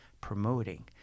promoting